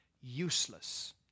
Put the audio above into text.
useless